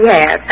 Yes